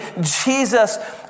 Jesus